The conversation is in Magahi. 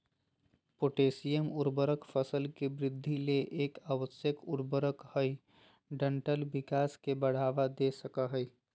पोटेशियम उर्वरक फसल के वृद्धि ले एक आवश्यक उर्वरक हई डंठल विकास के बढ़ावा दे सकई हई